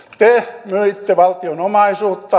te myitte valtion omaisuutta